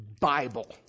Bible